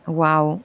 wow